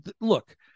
Look